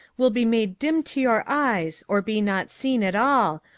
will be made dim to your eyes, or be not seen at all,